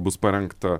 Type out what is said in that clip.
bus parengta